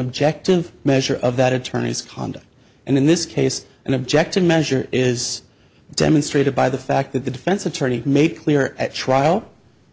objective measure of that attorneys conduct and in this case an objective measure is demonstrated by the fact that the defense attorney made clear at trial